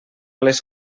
les